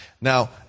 Now